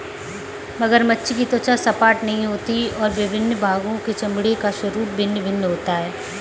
मगरमच्छ की त्वचा सपाट नहीं होती और विभिन्न भागों के चमड़े का स्वरूप भिन्न भिन्न होता है